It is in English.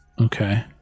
Okay